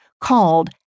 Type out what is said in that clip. called